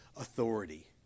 authority